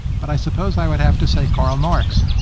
but i suppose i would have to say karl marx,